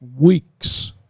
weeks